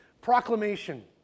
proclamation